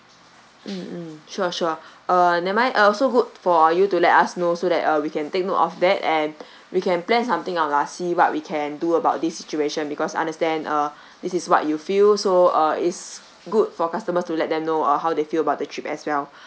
mm mm sure sure uh never mind uh also good for you to let us know so that uh we can take note of that and we can plan something and I'll see what we can do about this situation because understand uh this is what you feel so uh is good for customers to let them know uh how they feel about the trip as well